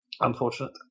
unfortunate